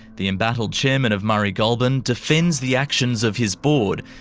the embattled chairman of murray goulburn defends the actions of his board,